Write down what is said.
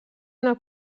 una